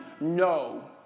No